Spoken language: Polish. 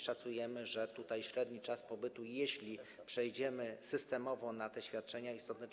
Szacujemy, że tutaj średni czas pobytu, jeśli przejdziemy systemowo na te świadczenia, istotnie